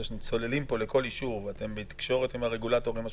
אחרי שאתם צוללים פה לכל אישור ואתם בתקשורת עם הרגולטורים השונים,